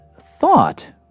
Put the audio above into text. thought